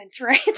right